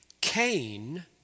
Cain